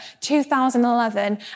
2011